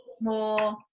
more